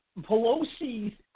Pelosi's